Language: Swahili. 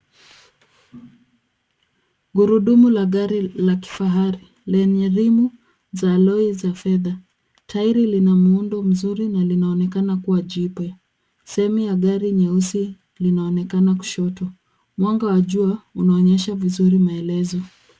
Gurudumu la gari la kifahari lenye rimu za alloyi za fedha. Tairi lina muundo mzuri na linaonekana kuwa jipya. Sehemu ya gari nyeusi linaonekana kushoto. Mwanga wa jua unaonyesha vizuri maelezo.